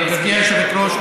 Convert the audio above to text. גברתי היושבת-ראש,